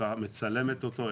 מצלמת אותו,